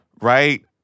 right